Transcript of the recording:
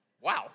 Wow